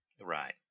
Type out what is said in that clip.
Right